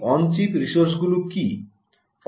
এই on chip রিসোর্সগুলি কী